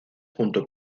junto